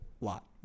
lot